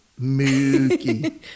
Mookie